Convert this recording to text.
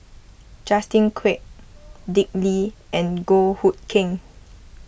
Justin Quek Dick Lee and Goh Hood Keng